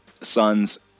sons